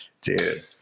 dude